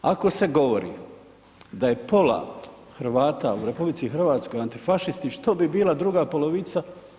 Ako se govori da je pola Hrvata u RH antifašisti, što bi bila druga polovica?